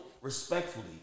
respectfully